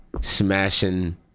smashing